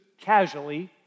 casually